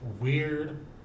weird